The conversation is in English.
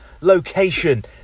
location